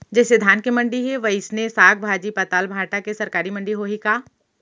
जइसे धान के मंडी हे, वइसने साग, भाजी, पताल, भाटा के सरकारी मंडी होही का?